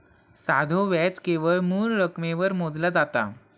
साधो व्याज केवळ मूळ रकमेवर मोजला जाता